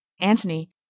Antony